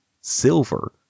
silver